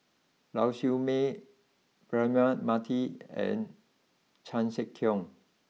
Lau Siew Mei Braema Mathi and Chan Sek Keong